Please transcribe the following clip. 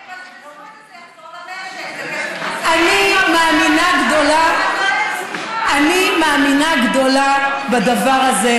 זה יחזור למשק, אני מאמינה גדולה בדבר הזה.